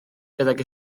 gydag